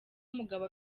umugabo